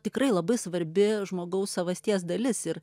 tikrai labai svarbi žmogaus savasties dalis ir